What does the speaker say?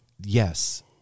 Yes